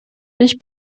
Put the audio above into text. ich